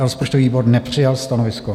Rozpočtový výbor nepřijal stanovisko.